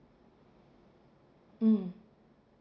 mm